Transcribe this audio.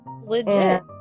Legit